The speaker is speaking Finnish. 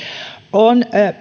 on